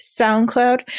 soundcloud